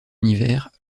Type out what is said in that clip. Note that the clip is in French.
univers